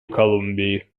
колумбии